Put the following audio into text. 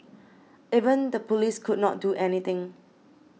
even the police could not do anything